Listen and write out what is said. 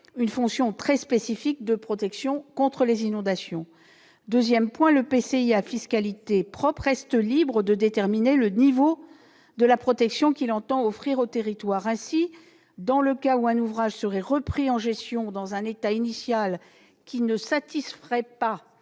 une fonction très spécifique de protection contre les inondations. En second lieu, l'EPCI à fiscalité propre reste libre de déterminer le niveau de la protection qu'il entend offrir aux territoires. Ainsi, dans le cas où un ouvrage serait repris en gestion dans un état initial qui ne satisferait pas